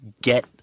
get